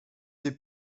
des